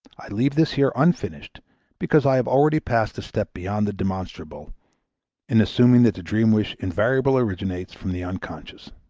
i leave this here unfinished because i have already passed a step beyond the demonstrable in assuming that the dream-wish invariably originates from the unconscious.